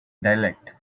dialect